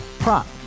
Prop